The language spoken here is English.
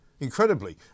incredibly